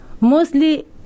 mostly